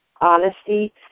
honesty